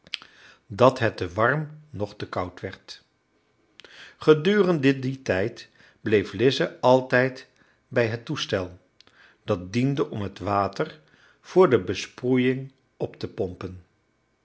dat het te warm noch te koud werd gedurende dien tijd bleef lize altijd bij het toestel dat diende om het water voor de besproeiing op te pompen